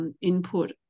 input